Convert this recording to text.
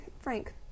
Frank